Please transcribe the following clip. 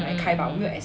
mm mm mm